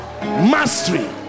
Mastery